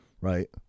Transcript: right